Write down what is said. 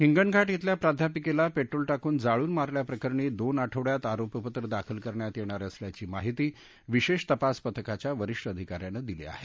हिंगणघाट छिल्या प्राध्यपिकेला पेट्रोल टाकून जाळून मारल्याप्रकरणी दोन आठवड्यात आरोपपत्र दाखल करण्यात येणार असल्याची माहिती विशेष तपास पथकाच्या वरिष्ठ अधिकाऱ्यानं दिली आहे